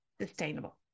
sustainable